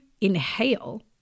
inhale